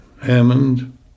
Hammond